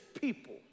people